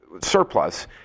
surplus